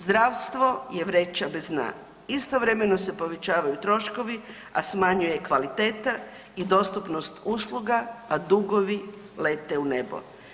Zdravstvo je vreća bez dna, istovremeno se povećavaju troškovi, a smanjuje kvaliteta i dostupnost usluga, a dugovi lete u nebo.